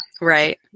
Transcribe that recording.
Right